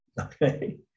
Okay